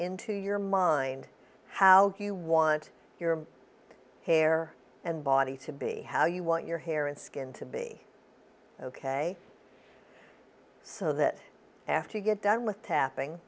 into your mind how you want your hair and body to be how you want your hair and skin to be ok so that after you get done with tapping